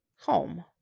home